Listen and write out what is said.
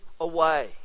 away